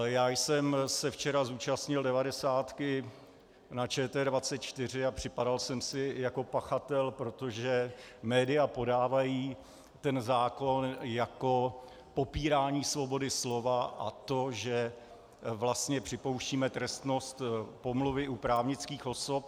Včera jsem se zúčastnil 90´ ČT24 a připadal jsem si jako pachatel, protože média podávají ten zákon jako popírání svobody slova, a to, že vlastně připouštíme trestnost pomluvy i právnických osob.